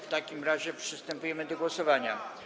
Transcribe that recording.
W takim razie przystępujemy do głosowania.